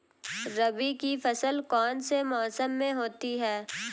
रबी की फसल कौन से मौसम में होती है?